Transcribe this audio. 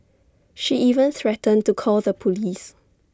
she even threatened to call the Police